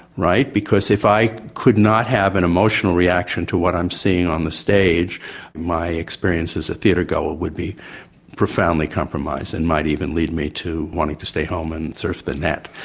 right? because if i could not have an emotional reaction to what i'm seeing on the stage my experience as a theatregoer would be profoundly compromised and might even lead me to want to stay home and surf the net.